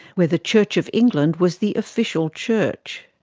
where the church of england was the official church.